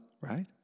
Right